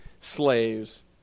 slaves